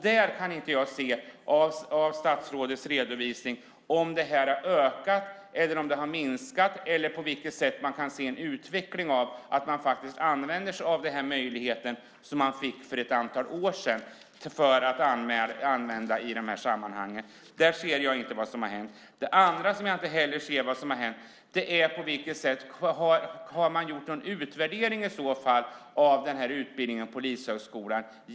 Där kan jag inte se av statsrådets redovisning om det har ökat eller minskat eller på vilket sätt det går att se en utveckling av att man faktiskt använder sig av möjligheten som man fick för ett antal år sedan. Där ser jag inte vad som har hänt. Jag ser inte heller vad som har hänt när det gäller om man har gjort någon utvärdering av utbildningen på Polishögskolan.